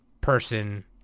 person